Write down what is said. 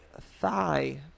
thigh